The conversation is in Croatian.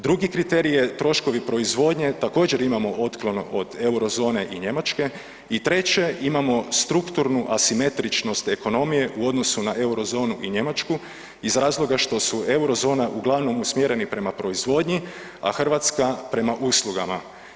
Drugi kriterij je troškovi proizvodnje također imamo otklon od eurozone i Njemačke i treće imamo strukturnu asimetričnost ekonomije u odnosu na Eurozonu i Njemačku iz razloga što su Eurozona uglavnom usmjereni prema proizvodnji, a Hrvatska prema uslugama.